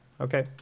okay